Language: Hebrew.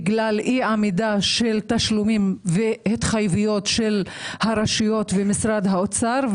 בגלל אי עמידה בתשלומים ובהתחייבויות של הרשויות ומשרד האוצר.